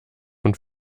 und